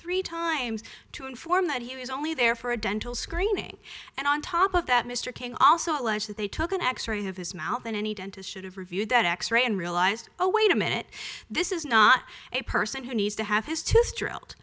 three times to inform that he was only there for a dental screening and on top of that mr king also alleged that they took an x ray of his mouth than any dentist should have reviewed that x ray and realized oh wait a minute this is not a person who needs to have his t